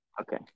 Okay